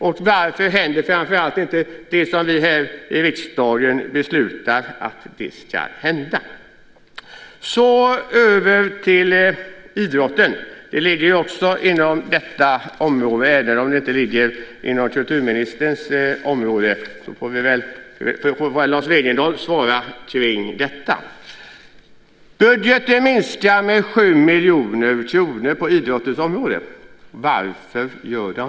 Och framför allt, varför händer det ingenting med anledning av det som vi i riksdagen har beslutat ska hända? Därefter ska jag övergå till att tala om idrotten. Idrotten ligger också inom detta område, även om det inte ligger inom kulturministerns område. Men Lars Wegendal får väl svara på frågor om detta. Budgeten minskar med 7 miljoner kronor på idrottens område. Varför?